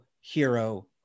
hero